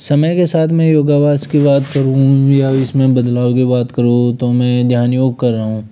समय के साथ मैं योगाभ्यास की बात करूँ या इसमें बदलाव की बात करूँ तो मैं ध्यान योग कर रहा हूँ